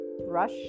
rush